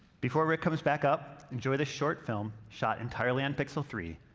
before rick comes back up, enjoy this short film, shot entirely on pixel three,